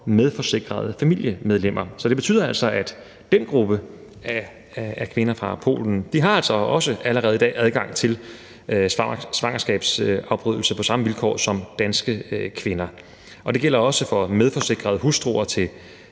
medforsikrede familiemedlemmer. Så det betyder, at den gruppe af kvinder fra Polen altså også allerede i dag har adgang til svangerskabsafbrydelse på samme vilkår som danske kvinder. Det gælder også for medforsikrede hustruer,